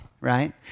right